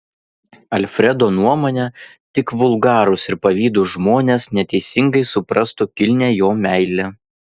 alfredo nuomone tik vulgarūs ir pavydūs žmonės neteisingai suprastų kilnią jo meilę